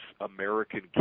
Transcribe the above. American